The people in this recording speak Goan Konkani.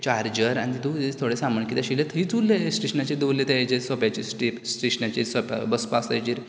चार्जर आनी तो तेजें थोडें सामान कितें आशिल्लें थंयच उरलें स्टेशनाचेर दवरलें तें हेजेर सोप्याचेर स्टे स्टेशनाचेर सकल बसपासा तेजेर